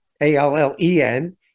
A-L-L-E-N